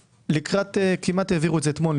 כמעט העבירו את זה אתמול.